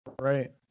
Right